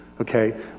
okay